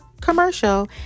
commercial